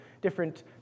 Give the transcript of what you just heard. different